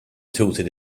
tilted